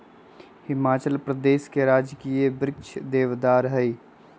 हिमाचल प्रदेश के राजकीय वृक्ष देवदार हई